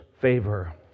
favor